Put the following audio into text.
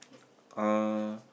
uh